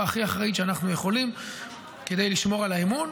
הכי אחראית שאנחנו יכולים כדי לשמור על האמון.